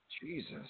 Jesus